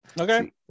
Okay